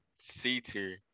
c-tier